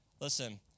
Listen